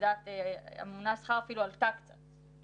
צה"ל לדעת הממונה על השכר אפילו עלתה קצת.